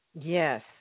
Yes